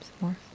more